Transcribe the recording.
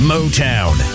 Motown